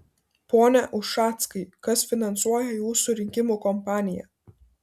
pone ušackai kas finansuoja jūsų rinkimų kompaniją